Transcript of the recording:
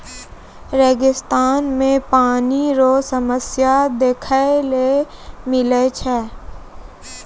रेगिस्तान मे पानी रो समस्या देखै ले मिलै छै